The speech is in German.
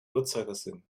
uhrzeigersinn